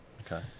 Okay